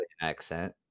accent